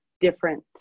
different